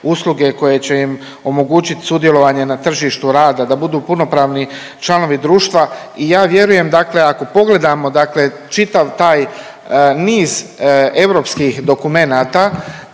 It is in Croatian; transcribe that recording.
usluge koje će im omogućit sudjelovanje na tržištu rada, da budu punopravni članovi društva i ja vjerujem dakle ako pogledamo dakle čitav taj niz europskih dokumenata